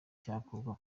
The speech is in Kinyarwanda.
cyakorwa